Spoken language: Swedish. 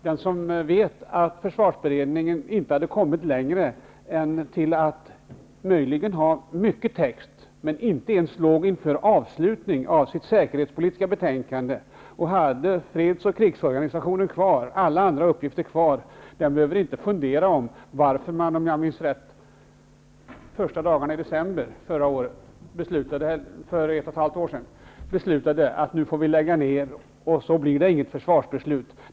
Den som vet att försvarsberedningen inte hade kommit längre än till att möjligen producera mycket text, men inte ens var nära att avsluta det säkerhetspolitiska betänkandet, bl.a. återstod freds och krigsorganisationerna, behöver inte fundera över varför man under de första dagarna i december för ett och ett halvt år sedan beslutade att lägga ned arbetet och att det inte skulle bli något försvarsbeslut.